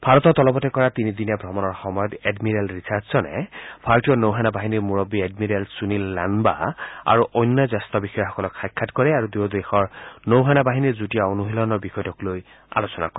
ভাৰতত অলপতে কৰা তিনিদিনীয়া ভ্ৰমণৰ সময়ত এডমিৰেল ৰিছাৰ্ডছনে ভাৰতীয় নৌসেনা বাহিনীৰ মূৰববী এডমিৰেল সুনীল লাবা আৰু অন্য জ্যেষ্ঠ বিষয়াসকলক সাক্ষাৎ কৰে আৰু দুয়ো দেশৰ নৌসেনা বাহিনীৰ যুটীয়া অনুশীলনৰ বিষয়টোক লৈ আলোচনা কৰে